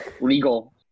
legal